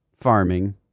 farming